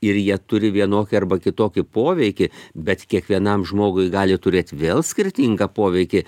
ir jie turi vienokį arba kitokį poveikį bet kiekvienam žmogui gali turėt vėl skirtingą poveikį